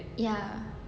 ya